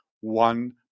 one